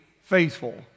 faithful